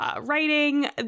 writing